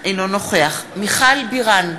אינו נוכח מיכל בירן,